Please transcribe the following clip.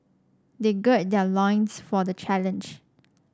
they gird their loins for the challenge